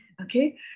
okay